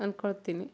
ಅಂದುಕೊಳ್ತಿನಿ